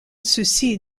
souci